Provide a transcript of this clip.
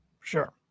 sure